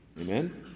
Amen